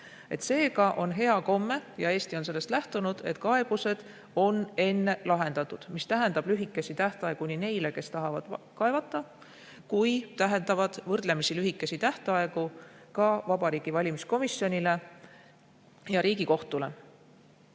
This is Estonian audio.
Seega on hea komme ja Eesti on sellest lähtunud, et kaebused on enne lahendatud. See tähendab lühikesi tähtaegu neile, kes tahavad kaevata, ja võrdlemisi lühikesi tähtaegu ka Vabariigi Valimiskomisjonile ja Riigikohtule.